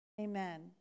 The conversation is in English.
Amen